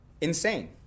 Insane